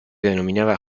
denominaba